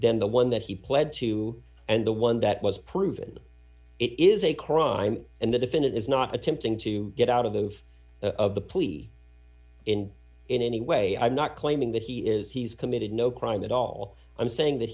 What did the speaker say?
than the one that he pled to and the one that was proven it is a crime and the defendant is not attempting to get out of those of the police in any way i'm not claiming that he is he's committed no crime at all i'm saying that